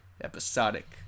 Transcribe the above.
episodic